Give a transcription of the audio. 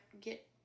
get